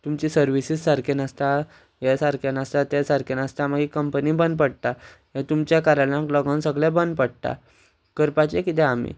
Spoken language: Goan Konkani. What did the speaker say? तुमचे सर्विसीस सारके नासता हें सारकें नासता तें सारकें नासता मागीर कंपनी बंद पडटा हें तुमच्या कारणाक लागून सगळें बंद पडटा करपाचें कितें आमी